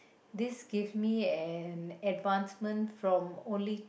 this give me an advancement from only